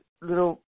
little